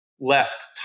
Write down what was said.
left